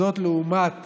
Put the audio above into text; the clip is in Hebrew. זאת לעומת